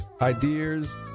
ideas